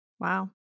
Wow